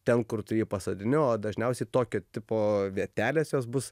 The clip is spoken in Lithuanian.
ten kur tu jį pasodini o dažniausiai tokio tipo vietelės jos bus